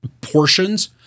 portions